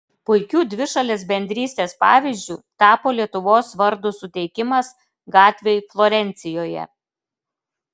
puikiu dvišalės bendrystės pavyzdžiu tapo lietuvos vardo suteikimas gatvei florencijoje